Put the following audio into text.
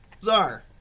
Czar